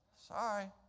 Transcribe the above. sorry